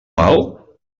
mal